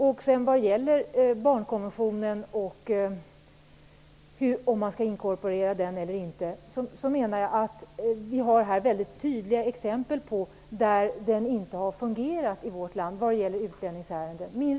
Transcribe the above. När det gäller frågan, om man skall inkorporera barnkonventionen eller inte, menar jag att vi har väldigt tydliga exempel på att den inte har fungerat i vårt land när det gäller utlänningsärenden.